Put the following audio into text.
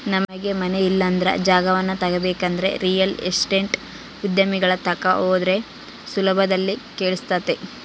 ನಮಗೆ ಮನೆ ಇಲ್ಲಂದ್ರ ಜಾಗವನ್ನ ತಗಬೇಕಂದ್ರ ರಿಯಲ್ ಎಸ್ಟೇಟ್ ಉದ್ಯಮಿಗಳ ತಕ ಹೋದ್ರ ಸುಲಭದಲ್ಲಿ ಕೆಲ್ಸಾತತೆ